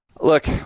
Look